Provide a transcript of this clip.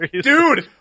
Dude